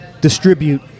distribute